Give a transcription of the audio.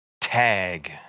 tag